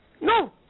No